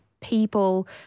people